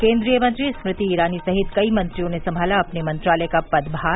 केन्द्रीय मंत्री स्मृति ईरानी सहित कई मंत्रियों ने सम्भाला अपने मंत्रालय का पदभार